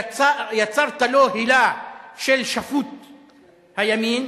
יצרת לו הילה של שפוט הימין,